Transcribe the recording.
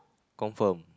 confirm